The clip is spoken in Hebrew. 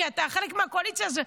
כי אתה חלק מהקואליציה הזאת,